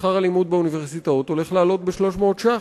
שכר הלימוד באוניברסיטאות עומד לעלות ב-300 שקלים.